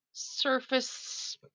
Surface